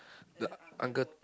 the uncle